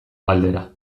galdera